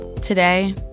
Today